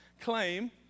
claim